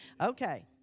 Okay